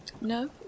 no